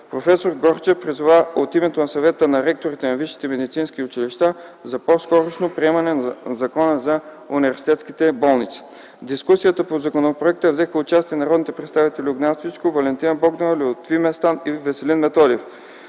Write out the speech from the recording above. Професор Горчев, призова от името на Съвета на ректорите на висшите медицински училища за по-скорошно приемане на Закон за университетските болници. В дискусията по законопроекта взеха участие народните представители: Огнян Стоичков, Валентина Богданова, Лютви Местан и Веселин Методиев.